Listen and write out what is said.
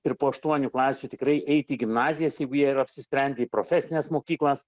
ir po aštuonių klasių tikrai eit į gimnazijas jeigu jie yra apsisprendę į profesines mokyklas